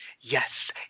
Yes